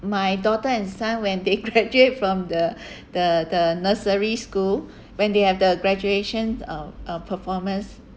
my daughter and son when they graduate from the the the nursery school when they have the graduation uh uh performance